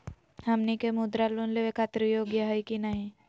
हमनी के मुद्रा लोन लेवे खातीर योग्य हई की नही?